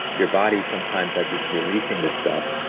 your body sometimes as it's releasing this stuff,